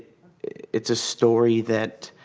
it's a story that